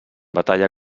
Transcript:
batalla